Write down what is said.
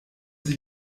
sie